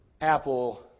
Apple